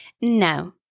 No